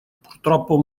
purtroppo